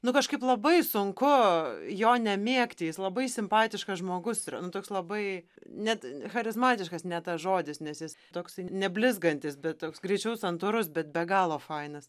nu kažkaip labai sunku jo nemėgti jis labai simpatiškas žmogus yra nu toks labai net charizmatiškas ne tas žodis nes jis toksai neblizgantis bet toks greičiau santūrus bet be galo fainas